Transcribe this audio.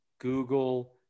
google